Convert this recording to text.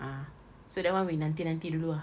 ah so that [one] we nanti nanti dulu ah